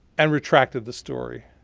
and retracted the story.